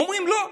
אומרים: לא,